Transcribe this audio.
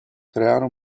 creare